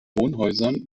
wohnhäusern